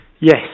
Yes